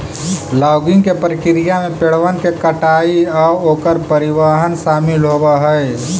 logging के प्रक्रिया में पेड़बन के कटाई आउ ओकर परिवहन शामिल होब हई